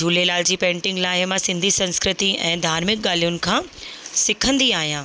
Jhulelal ji painting लाइ मां सिंधी संस्कृति ऐं धार्मिक ॻाल्हियुनि खां सिखंदी आहियां